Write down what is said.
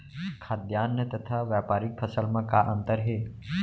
खाद्यान्न तथा व्यापारिक फसल मा का अंतर हे?